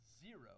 zero